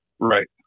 Right